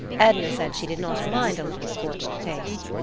edna said she did not mind a little scorched taste.